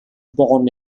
born